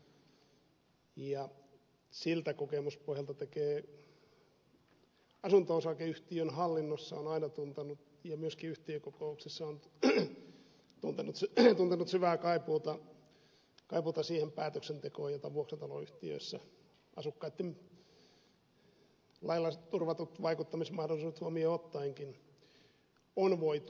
siltä kokemuspohjalta voin sanoa että asunto osakeyhtiön hallinnossa ja myöskin yhtiökokouksissa olen aina tuntenut syvää kaipuuta siihen päätöksentekoon jota vuokrataloyhtiöissä asukkaitten lailla turvatut vaikuttamismahdollisuudet huomioon ottaenkin on voitu harjoittaa